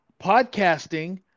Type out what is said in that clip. podcasting